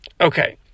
Okay